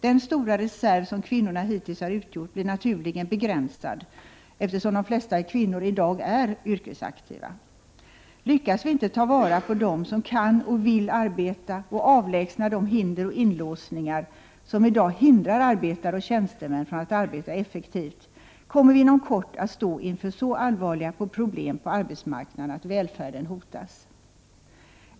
Den stora reserv som kvinnorna hittills har utgjort blir naturligen begränsad, eftersom de flesta kvinnor i dag är yrkesaktiva. Lyckas vi inte att ta vara på dem som kan och vill arbeta och att avlägsna de hinder och inlåsningar som i dag hindrar arbetare och tjänstemän från att arbeta effektivt, kommer vi inom kort att stå inför så allvarliga problem på arbetsmarknaden att välfärden hotas.